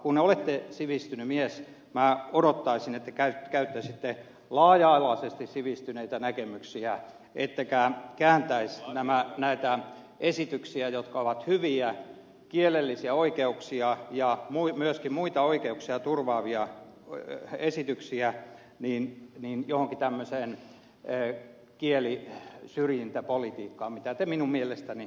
kun olette sivistynyt mies minä odottaisin että käyttäisitte laaja alaisesti sivistyneitä näkemyksiä ettekä kääntäisi näitä esityksiä jotka ovat hyviä kielellisiä oikeuksia ja myöskin muita oikeuksia turvaavia esityksiä johonkin tämmöiseen kielisyrjintäpolitiikkaan mitä te minun mielestäni harrastatte